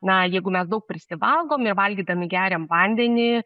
na jeigu mes daug prisivalgom nevalgydami geriam vandenį